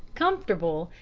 comfortable,